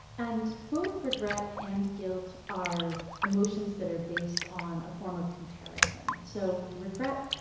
and both regret and guilt are emotions that are based on a form of comparison. so regret,